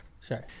sorry